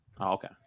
Okay